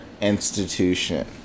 Institution